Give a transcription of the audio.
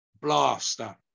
blaster